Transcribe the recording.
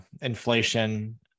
inflation